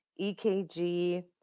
EKG